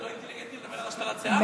זה לא אינטליגנטי לדבר על, מאוד.